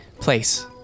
place